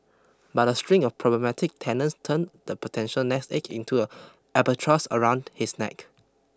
but a string of problematic tenants turned the potential nest egg into an albatross around his neck